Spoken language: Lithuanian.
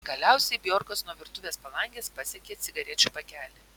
galiausiai bjorkas nuo virtuvės palangės pasiekė cigarečių pakelį